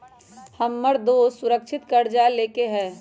हमर दोस सुरक्षित करजा लेलकै ह